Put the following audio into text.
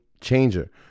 changer